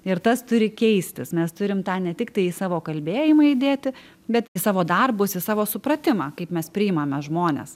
ir tas turi keistis mes turim tą ne tiktai į savo kalbėjimą įdėti bet į savo darbus į savo supratimą kaip mes priimame žmones